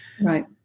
Right